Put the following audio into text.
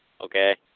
okay